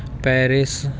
Paris